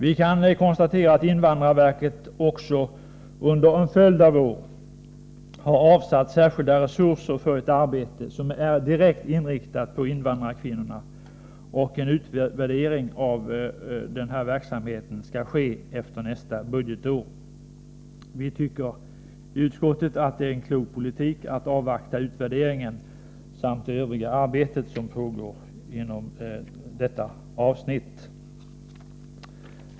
Vi kan konstatera att invandrarverket också under en följd av år har avsatt särskilda resurser för ett arbete som är direkt inriktat på invandrarkvinnorna, och en utvärdering av denna verksamhet skall ske efter nästa budgetår. Vi tycker i utskottet att det är en klok politik att avvakta utvärderingen samt det övriga arbete som pågår inom detta avsnitt.